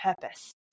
purpose